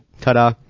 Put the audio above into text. Ta-da